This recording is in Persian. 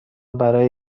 برای